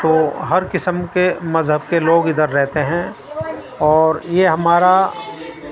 تو ہر قسم کے مذہب کے لوگ ادھر رہتے ہیں اور یہ ہمارا